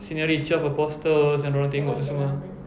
scenery twelve apostle's yang dia orang tengok itu semua